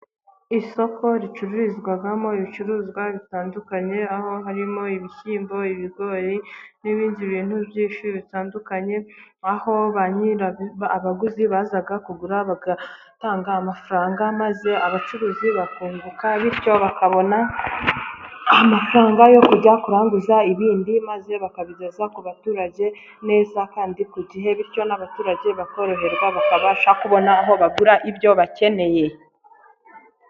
Isoko ricururizwamo ibicuruzwa bitandukanye, aho harimo ibishyimbo, ibigori, n'ibindi bintu byinshi bitandukanye, aho abaguzi baza kugura bagatanga amafaranga maze abacuruzi bakunguka, bityo bakabona amafaranga yo kujya kuranguza ibindi, maze bakabigeza ku baturage neza kandi ku gihe, bityo n'abaturage bakoroherwa, bakabasha kubona aho bagura ibyo bakeneye.